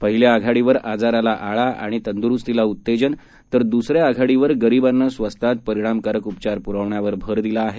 पहिल्या आघाडीवर आजाराला आळा आणि तंद्रूस्तीला उत्तेजन तर दूसऱ्या आघाडीवर गरीबांना स्वस्तात परिणामकारक उपचार प्रवण्यावर भर दिला आहे